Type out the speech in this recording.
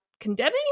condemning